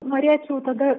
norėčiau tada